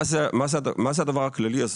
מה זה הדבר הכללי הזה?